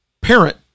parent